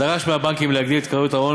דרש מהבנקים להגדיל את כריות ההון